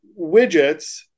widgets